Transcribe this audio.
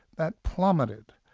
that plummeted.